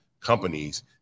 companies